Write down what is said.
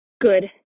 good